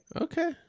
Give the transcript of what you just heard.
Okay